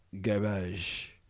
garbage